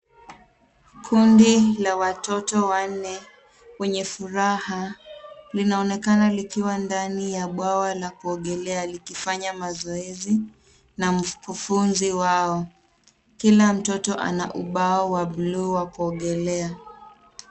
Kundi la watoto wanne, wenye furaha, linaonekana likiwa ndani ya bwawa la kuogelea likifanya mazoezi na mkufunzi wao. Kila mtoto ana ubao wa buluu wa kuogelea.